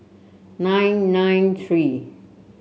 nine nine three